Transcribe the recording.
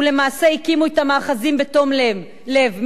ולמעשה הקימו את המאחזים בתום לב,